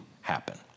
happen